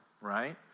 right